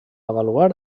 avaluar